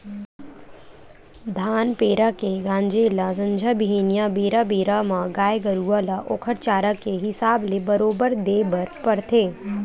धान पेरा के गांजे ल संझा बिहनियां बेरा बेरा म गाय गरुवा ल ओखर चारा के हिसाब ले बरोबर देय बर परथे